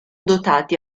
dotati